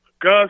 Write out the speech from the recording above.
Gus